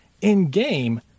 In-game